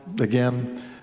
Again